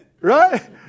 Right